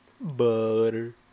butter